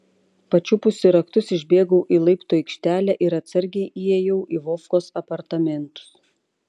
pačiupusi raktus išbėgau į laiptų aikštelę ir atsargiai įėjau į vovkos apartamentus